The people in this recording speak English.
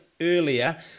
earlier